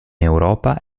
europa